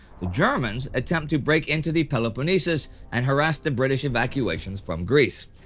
the germans attempt to break into the peloponnesus and harass the british evacuations from greece.